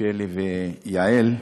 שלי ויעל,